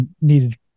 needed